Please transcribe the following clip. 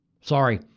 Sorry